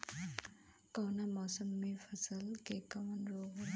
कवना मौसम मे फसल के कवन रोग होला?